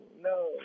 no